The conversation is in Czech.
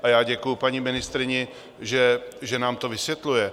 A já děkuji paní ministryni, že nám to vysvětluje.